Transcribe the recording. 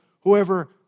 whoever